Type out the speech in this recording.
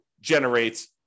generate